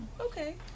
Okay